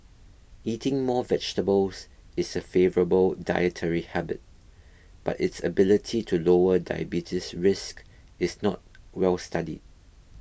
eating more vegetables is a favourable dietary habit but its ability to lower diabetes risk is not well studied